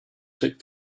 took